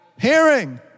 hearing